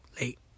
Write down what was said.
Late